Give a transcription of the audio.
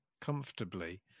comfortably